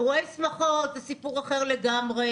אירועי שמחות זה סיפור אחר לגמרי,